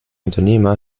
unternehmer